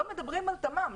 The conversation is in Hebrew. לא מדברים על תממ,